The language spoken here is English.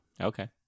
Okay